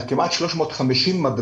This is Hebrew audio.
על כמעט 350 מדריכים,